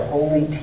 Holy